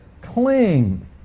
cling